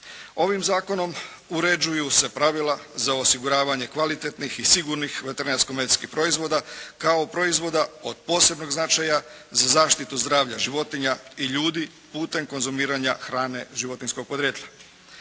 Ovim zakonom uređuju se pravila za osiguravanje kvalitetnih i sigurnih veterinarsko-medicinskih proizvoda kao proizvoda od posebnog značaja za zaštitu zdravlja životinja i ljudi putem konzumiranja hrane životinjskog podrijetla.